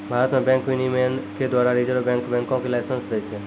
भारत मे बैंक विनियमन के द्वारा रिजर्व बैंक बैंको के लाइसेंस दै छै